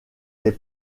des